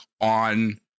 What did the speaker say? on